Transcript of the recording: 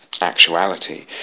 actuality